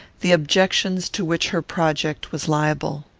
the objections to which her project was liable.